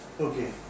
Okay